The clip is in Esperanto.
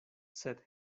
sed